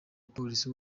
polisi